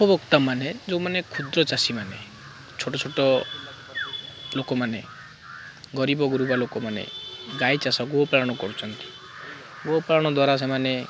ଉପଭୋକ୍ତାମାନେ ଯେଉଁମାନେ କ୍ଷୁଦ୍ର ଚାଷୀମାନେ ଛୋଟ ଛୋଟ ଲୋକମାନେ ଗରିବଗୁରୁବା ଲୋକମାନେ ଗାଈ ଚାଷ ଗୋପାଳନ କରୁଛନ୍ତି ଗୋପାଳନ ଦ୍ୱାରା ସେମାନେ